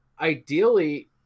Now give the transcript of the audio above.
ideally